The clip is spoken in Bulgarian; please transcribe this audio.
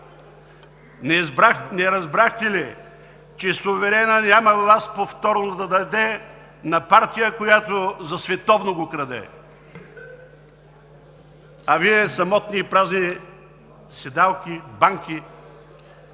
Не разбрахте ли, че: „суверенът няма власт повторно да даде на партия, която за световно го краде“?! А Вие самотни и празни седалки и банки,